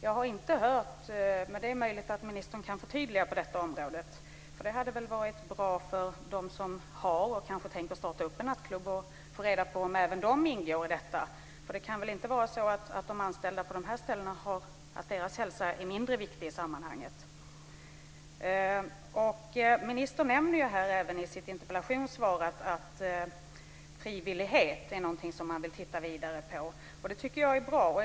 Jag har inte hört något om det, men det är möjligt att ministern kan göra ett förtydligande på det området. Det skulle vara bra för dem som har startat, eller som kanske tänker starta, en nattklubb att få reda på om även de ingår i detta, för det kan väl inte vara så att hälsan hos de anställda på de här ställena är mindre viktig i sammanhanget. Ministern nämner i sitt interpellationssvar att frivilligheten är något som man vill titta ytterligare på. Det tycker jag är bra.